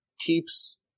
keeps